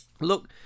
Look